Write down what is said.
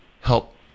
help